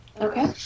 Okay